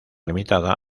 limitada